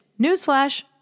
Newsflash